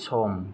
सम